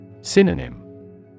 Synonym